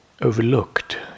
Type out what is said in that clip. overlooked